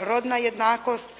rodna jednakost,